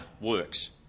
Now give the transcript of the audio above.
works